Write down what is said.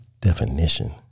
definition